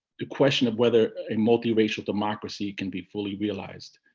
the question of whether a multiracial democracy can be fully realized,